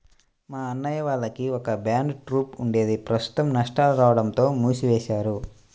మా అన్నయ్య వాళ్లకి ఒక బ్యాండ్ ట్రూప్ ఉండేది ప్రస్తుతం నష్టాలు రాడంతో మూసివేశారు